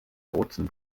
bozen